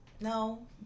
no